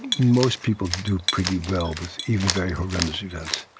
most people do pretty well with even very horrendous events.